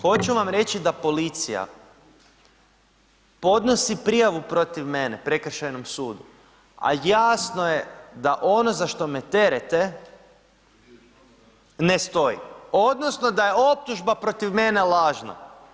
Hoću vam reći da policija podnosi prijavu protiv mene prekršajnom sudu, a jasno je da ono za što me terete ne stoji odnosno da je optužba protiv mene lažna.